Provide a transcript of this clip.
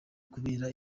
kubera